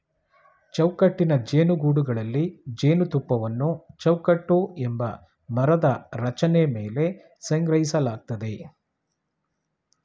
ಚೌಕಟ್ಟಿನ ಜೇನುಗೂಡುಗಳಲ್ಲಿ ಜೇನುತುಪ್ಪವನ್ನು ಚೌಕಟ್ಟು ಎಂಬ ಮರದ ರಚನೆ ಮೇಲೆ ಸಂಗ್ರಹಿಸಲಾಗ್ತದೆ